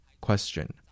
Question